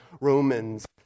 Romans